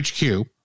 HQ